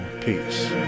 peace